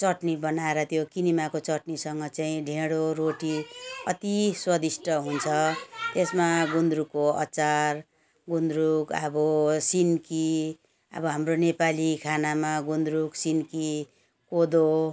चट्नी बनाएर त्यो किनेमाको चट्नीसँग चाहिँ ढिँडो रोटी अति स्वादिष्ट हुन्छ त्यसमा गुन्द्रुकको अचार गुन्द्रुक अब सिन्की अब हाम्रो नेपाली खानामा गुन्द्रुक सिन्की कोदो